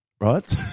right